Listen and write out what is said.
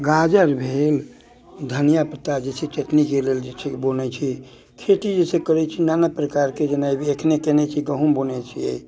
गाजर भेल धनिआ पत्ता जे छै चटनीके लेल जे छै बोने छै खेती जे छै करैत छी नाना प्रकारके जेना एहि बेर एखने कयने छी गहुँम बोयने छियै